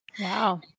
Wow